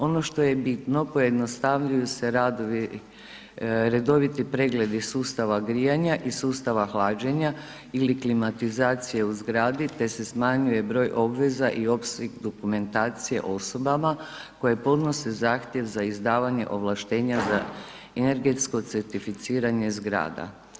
Ono što je bitno pojednostavljuju se radovi, redoviti pregledi sustava grijanja i sustava hlađenja ili klimatizacije u zgradi, te se smanjuje broj obveza i opseg dokumentacije osobama koje podnose zahtjev za izdavanje ovlaštenja za energetsko certificiranje zgrada.